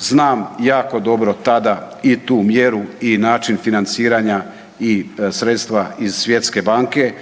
Znam jako dobro tada i tu mjeru i način financiranja i sredstva iz Svjetske banke,